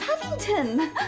Paddington